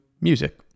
music